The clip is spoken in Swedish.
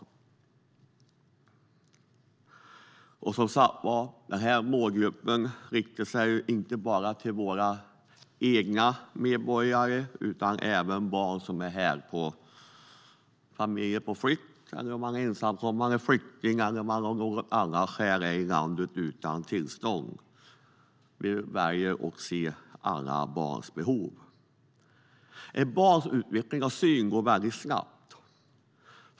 Som sagt innefattar målgruppen inte bara våra egna medborgare utan även barn i familjer på flykt, ensamkommande flyktingbarn och barn som av något annat skäl vistas i landet utan tillstånd. Vi väljer att se alla barns behov. Ett barns syn utvecklas snabbt.